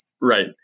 Right